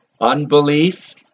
Unbelief